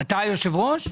אתה היושב-ראש?